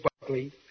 Buckley